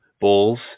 Balls